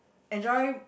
enjoy